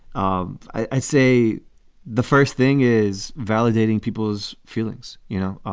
um i say the first thing is validating people's feelings. you know,